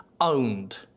Owned